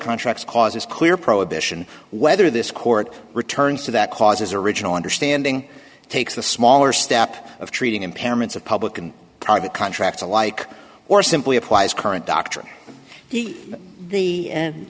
contracts cause it's clear prohibition whether this court returns to that causes original understanding takes the smaller step of treating impairments of public and private contracts alike or simply applies current doctrine he the